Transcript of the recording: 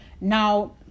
Now